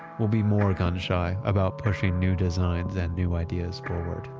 will be more gun-shy about pushing new designs and new ideas forward.